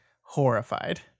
horrified